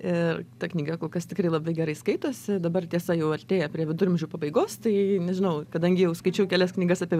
ir ta knyga kol kas tikrai labai gerai skaitosi dabar tiesa jau artėja prie viduramžių pabaigos tai nežinau kadangi jau skaičiau kelias knygas apie